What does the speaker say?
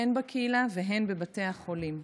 הן בקהילה והן בבתי החולים.